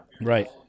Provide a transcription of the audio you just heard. right